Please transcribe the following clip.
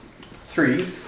three